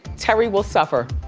terry will suffer.